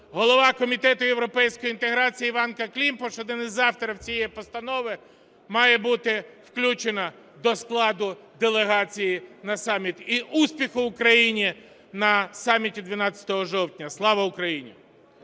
голова Комітету європейської інтеграції Іванка Климпуш, один із авторі цієї постанови, має бути включена до складу делегації на саміт. І успіху Україні на саміті 12 жовтня. Слава Україні!